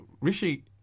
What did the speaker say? Rishi